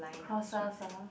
cross us ah